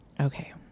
okay